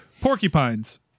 porcupines